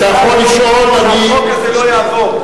אנחנו רוצים לעזור לממשלה שהחוק הזה לא יעבור.